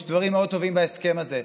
יש דברים מאוד טובים בהסכם הזה,